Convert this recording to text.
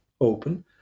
open